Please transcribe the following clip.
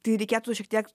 tai reikėtų šiek tiek